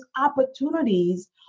opportunities